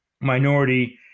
minority